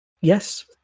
yes